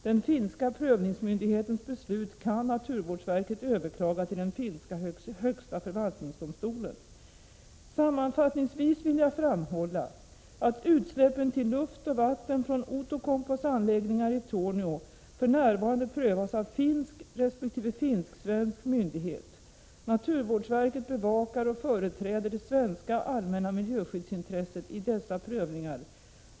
Den finska prövningsmyndighetens beslut kan naturvårdsverket överklaga till den finska högsta förvaltningsdomstolen. Sammanfattningsvis vill jag framhålla att utsläppen till luft och vatten från Outokumpus anläggningar i Torneå för närvarande prövas av finsk resp. finsk-svensk myndighet. Naturvårdsverket bevakar och företräder det svenska allmänna miljöskyddsintresset i dessa prövningar.